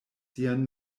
sian